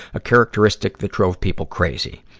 a characteristic that drove people crazy.